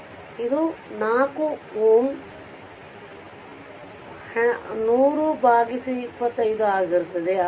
ಆದ್ದರಿಂದ ಇದು 4 Ω ಬಲ 10025 ಆಗಿರುತ್ತದೆ